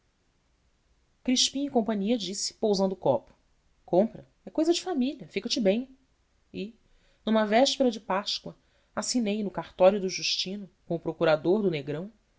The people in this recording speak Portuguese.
ameias crispim cia disse pousando o copo compra é cousa de família fica-te bem e numa véspera de páscoa assinei no cartório do justino com o procurador do negrão